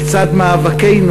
בצד מאבקנו